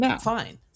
fine